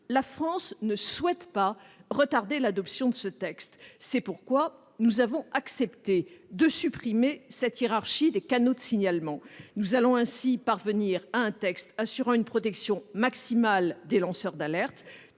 la France ne souhaite pas retarder l'adoption de ce texte. C'est pourquoi nous avons accepté de supprimer cette hiérarchie des canaux de signalement. Nous allons ainsi parvenir à un texte assurant une protection maximale des lanceurs d'alerte,